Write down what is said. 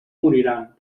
moriran